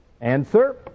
Answer